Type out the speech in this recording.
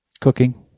Cooking